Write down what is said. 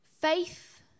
Faith